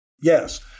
Yes